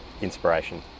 inspiration